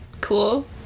cool